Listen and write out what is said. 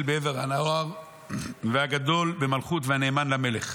בעבר הנהר והגדול במלכות ונאמן למלך.